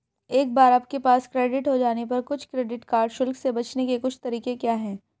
एक बार आपके पास क्रेडिट कार्ड हो जाने पर कुछ क्रेडिट कार्ड शुल्क से बचने के कुछ तरीके क्या हैं?